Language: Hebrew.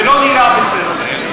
זה לא נראה בסדר.